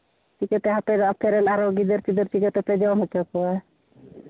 ᱪᱤᱠᱟᱹᱛᱮ ᱟᱯᱮ ᱫᱚ ᱟᱯᱮ ᱨᱮᱱ ᱜᱤᱫᱟᱹᱨᱼᱯᱤᱫᱟᱹᱨ ᱪᱤᱠᱟᱹ ᱛᱮᱯᱮ ᱡᱚᱢ ᱦᱚᱪᱚ ᱠᱚᱣᱟ